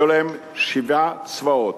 היו להם שבעה צבאות,